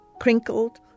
crinkled